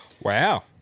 Wow